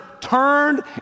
turned